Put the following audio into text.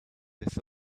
this